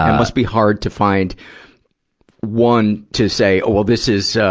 um must be hard to find one to say, well this is, so